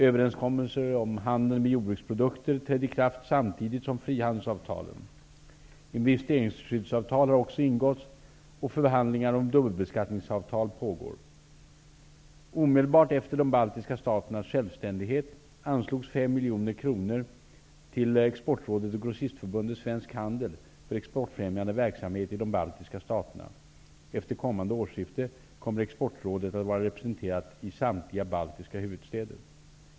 Överenskommelser om handeln med jordbruksprodukter trädde i kraft samtidigt som frihandelsavtalen. Investeringsskyddsavtal har också ingåtts och förhandlingar om dubbelbeskattningsavtal pågår. Omedelbart efter de baltiska staternas självständighet anslogs 5 miljoner kronor till Exportrådet att vara representerat i samtliga baltiska huvudstäder.